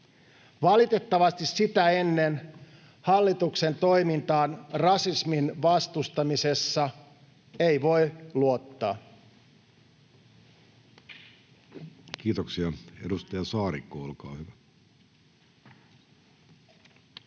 Valitettavasti sitä ennen hallituksen toimintaan rasismin vastustamisessa ei voi luottaa. [Krista Kiuru: Näin on!] Kiitoksia. — Edustaja Saarikko, olkaa hyvä.